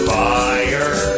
fire